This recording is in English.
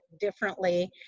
differently